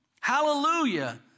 Hallelujah